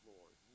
Lord